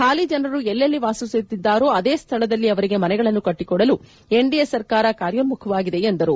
ಹಾಲಿ ಜನರು ಎಲ್ಲೆಲ್ಲಿ ವಾಸಿಸುತ್ತಿದ್ದಾರೆಯೇ ಅದೇ ಸ್ಥಳದಲ್ಲಿ ಅವರಿಗೆ ಮನೆಗಳನ್ನು ಕಟ್ಟಿಕೊಡಲು ಎನ್ಡಿಎ ಸರ್ಕಾರ ಕಾರ್ಯೋನ್ಮುಖವಾಗಿದೆ ಎಂದರು